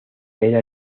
era